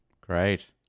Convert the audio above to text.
Great